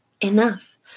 enough